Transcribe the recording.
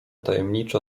tajemnicza